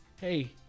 Hey